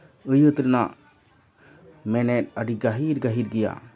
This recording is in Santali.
ᱟᱹᱭᱟᱹᱛ ᱨᱮᱱᱟᱜ ᱢᱮᱱᱮᱫ ᱟᱹᱰᱤ ᱜᱟᱹᱦᱤᱨ ᱜᱟᱹᱦᱤᱨ ᱜᱮᱭᱟ